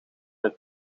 het